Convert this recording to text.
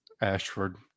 Ashford